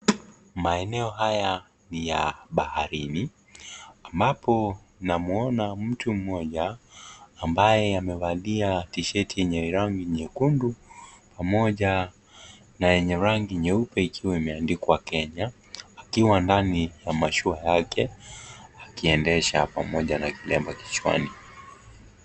Maeneo haya ni ya baharini ambapo namuona mtu mmoja ambaye amevalia tisheti yenye rangi nyekundu pamoja yenye na rangi nyeupe ikiwa imeandikwa Kenya akiwa ndani na mashua yake akiendesha pamoja na kilemba kichwani.